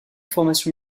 formation